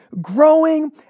growing